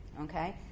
okay